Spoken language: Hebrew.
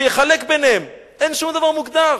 שיחלק ביניהם, אין שום דבר מוגדר.